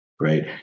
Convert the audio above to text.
right